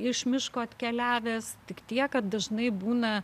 iš miško atkeliavęs tik tiek kad dažnai būna